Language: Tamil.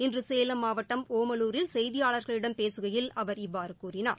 இன்று சேலம் மாவட்டம் ஒமலூரில் செய்தியாளர்களிடம் பேசுகையில் அவர் இவ்வாறு கூறினார்